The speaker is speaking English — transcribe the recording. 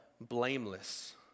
blameless